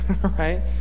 right